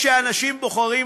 גמרנו.